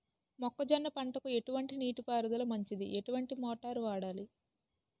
మొక్కజొన్న పంటకు ఎటువంటి నీటి పారుదల మంచిది? ఎటువంటి మోటార్ వాడాలి?